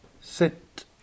sit